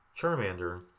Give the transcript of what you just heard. Charmander